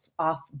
off